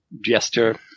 gesture